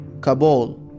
Kabul